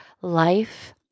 life